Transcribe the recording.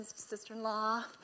sister-in-law